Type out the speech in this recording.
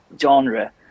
genre